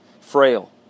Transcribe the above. frail